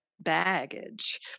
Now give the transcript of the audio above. baggage